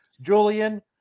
Julian